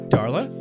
Darla